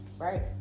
right